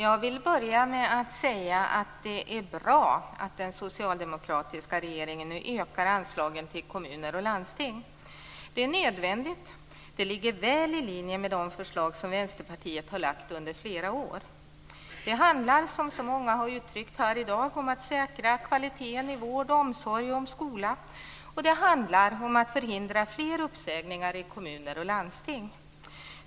Herr talman! Det är bra att den socialdemokratiska regeringen nu ökar anslagen till kommuner och landsting. Det är nödvändigt och det ligger väl i linje med de förslag som Vänsterpartiet i flera års tid har lagt fram. Det handlar, som så många i dag har uttryckt, om att säkra kvaliteten i vård, omsorg och skola och om att förhindra fler uppsägningar i kommuner och landsting.